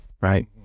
right